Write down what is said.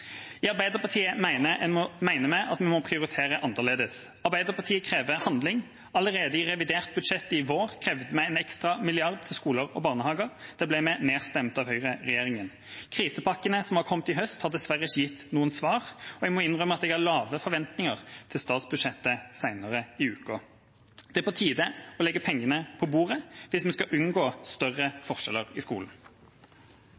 Arbeiderpartiet mener vi må prioritere annerledes. Arbeiderpartiet krever handling. Allerede i revidert budsjett i vår krevde vi en ekstra milliard til skoler og barnehager, men der ble vi nedstemt av høyreregjeringa. Krisepakkene som har kommet i høst, har dessverre ikke gitt noen svar, og jeg må innrømme at jeg har lave forventninger til statsbudsjettet senere i uka. Det er på tide å legge pengene på bordet hvis vi skal unngå større